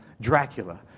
Dracula